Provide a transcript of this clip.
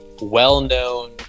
well-known